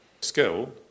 skill